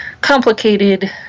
complicated